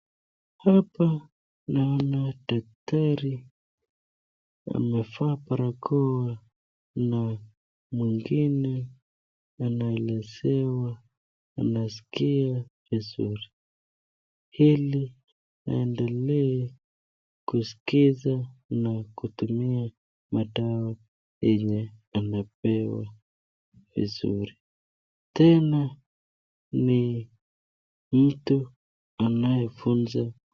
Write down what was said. Hapa naona daktari amevaa barakoa Kuna mwingine anaelezewa anaskia vizuri hili waendelee kuskiza na kutumia madawa yenye amepewa ndio vizuri tena ni mtu anayefunza.